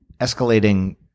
escalating